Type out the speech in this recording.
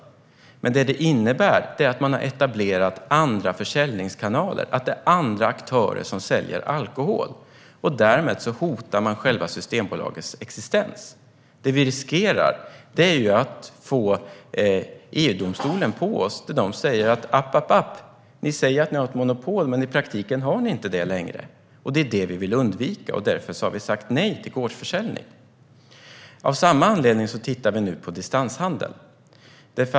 Däremot skulle det innebära att man har etablerat andra försäljningskanaler och att det är andra aktörer som säljer alkohol. Därmed hotas Systembolagets existens. Det vi riskerar är att få EU-domstolen på oss, och domstolen kan säga: Jaså minsann, ni säger att ni har ett monopol, men i praktiken har ni inte det längre. Detta vill vi undvika, och därför har vi sagt nej till gårdsförsäljning. Av samma skäl tittar vi nu på distanshandeln.